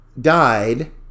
died